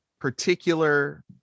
particular